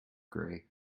gray